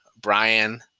Brian